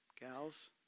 gals